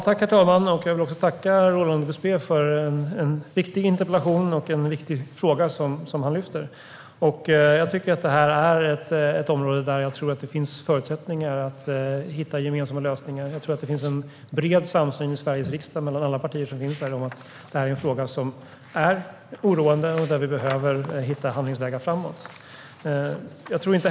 Herr talman! Jag vill tacka Roland Gustbée för interpellationen om en viktig fråga. Det här är ett område där jag tror att det finns förutsättningar att hitta gemensamma lösningar. Jag tror att det finns en bred samsyn i Sveriges riksdag mellan alla partier om att det här är en fråga som är oroande och där vi behöver hitta handlingsvägar framåt.